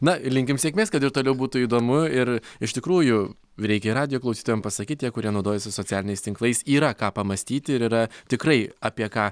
na linkim sėkmės kad ir toliau būtų įdomu ir iš tikrųjų reikia ir radijo klausytojam pasakyti tie kurie naudojasi socialiniais tinklais yra ką pamąstyti ir yra tikrai apie ką